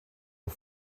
auf